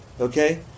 Okay